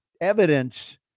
evidence